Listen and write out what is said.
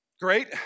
Great